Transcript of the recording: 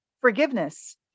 forgiveness